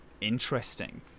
interesting